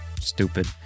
stupid